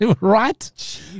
Right